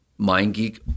MindGeek